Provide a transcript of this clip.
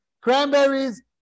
cranberries